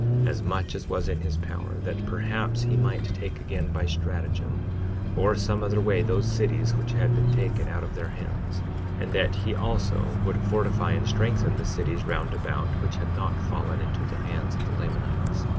as much as was in his power, that perhaps he might take again by stratagem or some other way those cities which had been taken out of their hands and that he also would fortify and strengthen the cities round about, which had not fallen into the hands of the lamanites.